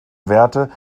werte